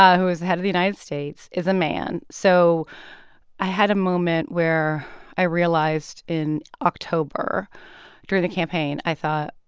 who is the head of the united states, is a man. so i had a moment where i realized in october during the campaign i thought,